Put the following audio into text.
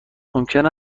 ممکن